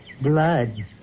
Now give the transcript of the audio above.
Blood